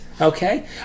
okay